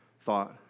thought